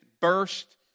burst